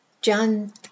John